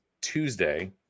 Tuesday